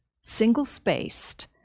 single-spaced